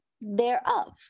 thereof